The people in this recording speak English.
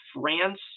France